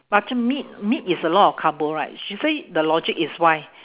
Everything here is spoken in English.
macam meat meat is a lot of carbo right she say the logic is why